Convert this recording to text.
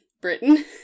Britain